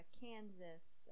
Kansas